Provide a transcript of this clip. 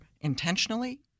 intentionally